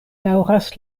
daŭras